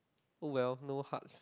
oh well no hard